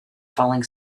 falling